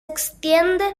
extiende